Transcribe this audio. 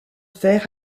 fer